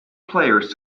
players